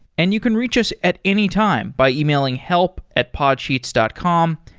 and you can reach us at any time by emailing help at podsheets dot com.